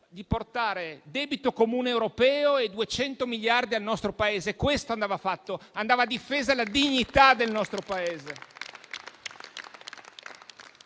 di portare debito comune europeo e 200 miliardi al nostro Paese. Questo andava fatto: andava difesa la dignità del nostro Paese.